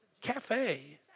cafe